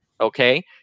okay